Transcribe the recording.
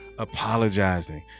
apologizing